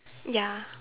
ya